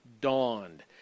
dawned